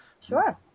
sure